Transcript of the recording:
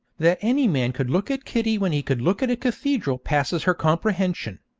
that any man could look at kitty when he could look at a cathedral passes her comprehension.